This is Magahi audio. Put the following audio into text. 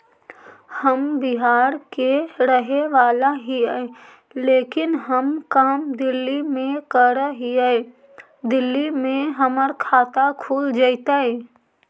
हम बिहार के रहेवाला हिय लेकिन हम काम दिल्ली में कर हिय, दिल्ली में हमर खाता खुल जैतै?